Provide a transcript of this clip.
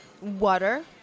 water